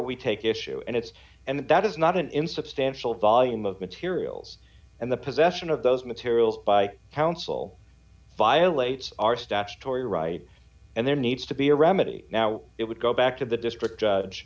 we take issue and it's and that is not an insubstantial volume of materials and the possession of those materials by counsel violates our statutory right and there needs to be a remedy now it would go back to the district